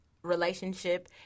relationship